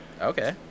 Okay